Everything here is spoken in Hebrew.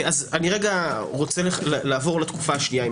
אני רוצה לעבור לתקופה השנייה.